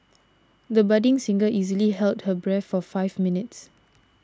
the budding singer easily held her breath for five minutes